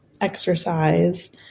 exercise